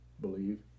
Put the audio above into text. Believe